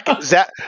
Zach